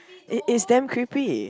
it is damn creepy